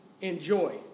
Enjoy